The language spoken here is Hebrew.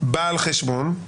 בעל חשבון,